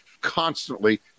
constantly